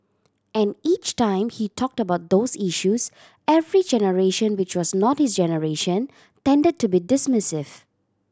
and each time he talked about those issues every generation which was not his generation tended to be dismissive